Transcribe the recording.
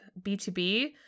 B2B